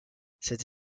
cette